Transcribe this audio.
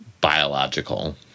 biological